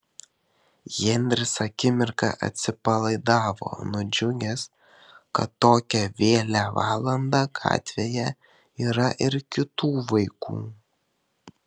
henris akimirką atsipalaidavo nudžiugęs kad tokią vėlią valandą gatvėje yra ir kitų vaikų